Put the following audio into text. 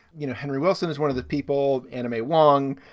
you know, henry wilson is one of the people, anna mae wong,